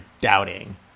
doubting